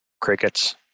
Crickets